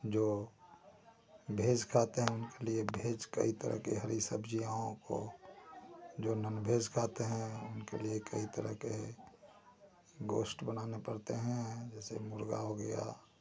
जो भेज खाते हैं उनके लिए भेज कई तरह की हरी सब्ज़ियों को जो ननभेज खाते हैं उनके लिए कई तरह के गोश्त बनाने पड़ते हैं जैसे मुर्गा हो गया